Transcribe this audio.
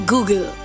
Google